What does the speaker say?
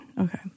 Okay